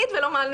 היא של רם שפע.